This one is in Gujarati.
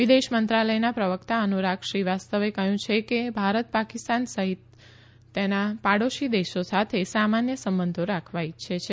વિદેશ મંત્રાલયના પ્રવકતા અનુરાગ શ્રીવાસ્તવે કહયું છે કે ભારત પાકિસ્તાન સહિતના તેના પાડોશી દેશો સાથે સામાન્ય સંબંધો રાખવા માંગે છે